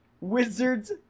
Wizards